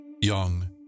young